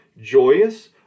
joyous